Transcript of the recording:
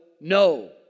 no